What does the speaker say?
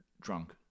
drunk